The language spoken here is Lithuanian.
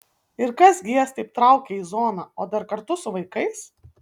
ir kas gi jas taip traukia į zoną o dar kartu su vaikais